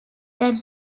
that